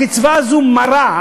הקצבה הזאת מרה,